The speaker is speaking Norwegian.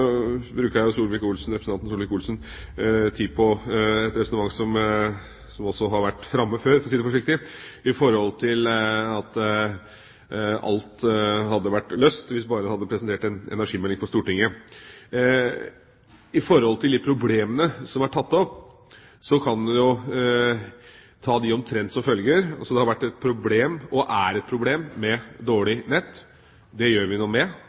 representanten Solvik-Olsen tid på et resonnement som også har vært framme før, for å si det forsiktig, at alt hadde vært løst hvis vi bare hadde presentert en energimelding for Stortinget. Når det gjelder de problemene som er tatt opp, kan jeg kommentere dem slik: Det har vært et problem, og er et problem, med dårlig nett. Det gjør vi noe med